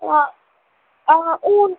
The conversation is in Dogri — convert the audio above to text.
हां हां हून